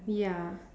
ya